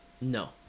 No